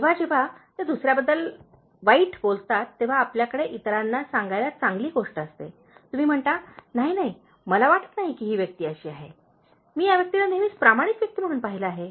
जेव्हा जेव्हा ते दुसर्या व्यक्तीबद्दल वाईट बोलतात तेव्हा आपल्याकडे सांगायला चांगली गोष्ट असते तुम्ही म्हणता नाही नाही मला वाटत नाही की ही व्यक्ती अशी आहे मी या व्यक्तीला नेहमीच प्रामाणिक व्यक्ती म्हणून पाहिले आहे